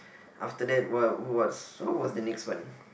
after that what what's so what's the next one